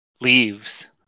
leaves